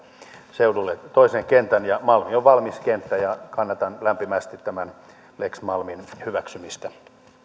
toisen kentän malmi on valmis kenttä ja kannatan lämpimästi tämän lex malmin hyväksymistä